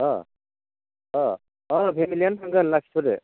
ओह ओह ओह फेमिलियानो थांगोन लासबोरो